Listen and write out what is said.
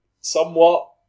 somewhat